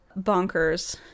bonkers